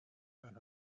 and